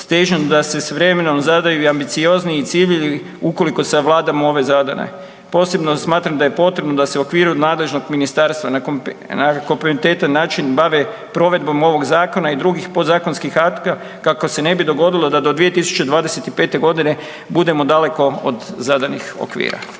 težnjom da se s vremenom zadaju i ambiciozniji ciljevi ukoliko savladamo ove zadane. Posebno smatram da je potrebno da se u okviru nadležnog ministarstva na kompetentan način bave provedbom ovog zakona i drugih podzakonskih akata kako se ne bi dogodilo da do 2025.g. budemo daleko od zadanih okvira.